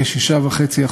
כ-6.5%,